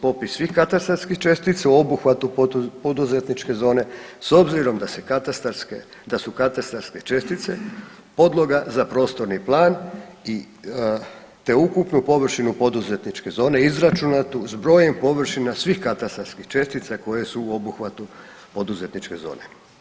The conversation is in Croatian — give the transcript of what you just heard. Popis svih katastarskih čestica u obuhvatu poduzetničke zone s obzirom da se katastarske, da su katastarske čestice podloga za prostorni plan i te ukupnu površinu poduzetničke zone izračunate s brojem površina svih katastarskih čestica koje su u obuhvatu poduzetničke zone.